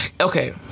okay